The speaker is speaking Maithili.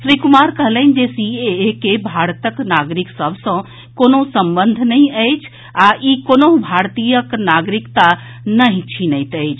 श्री कुमार कहलनि जे सीएए के भारतक नागरिक सभ सँ कोनो संबंध नहि अछि आ ई कोनहुँ भारतीय के नागरिकता नहि छीनैत अछि